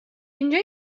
اینجا